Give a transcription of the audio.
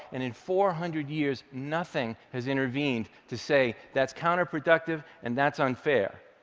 and in four hundred years, nothing has intervened to say, that's counterproductive and that's unfair.